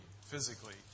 physically